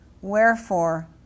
wherefore